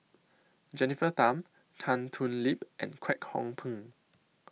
Jennifer Tham Tan Thoon Lip and Kwek Hong Png